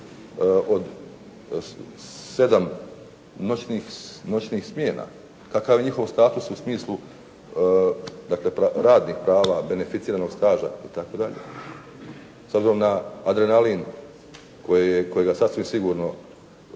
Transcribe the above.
od 7 noćnih smjena, kakav je njihov status u smislu radnih prava, beneficiranog staža itd. s obzirom na adrenalin kojega sasvim sigurno